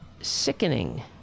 sickening